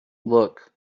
look